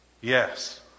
Yes